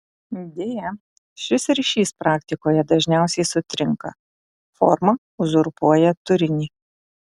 deja šis ryšys praktikoje dažniausiai sutrinka forma uzurpuoja turinį